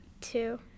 Two